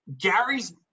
Gary's